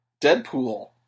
Deadpool